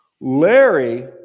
Larry